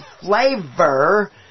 flavor